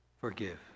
forgive